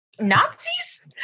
Nazis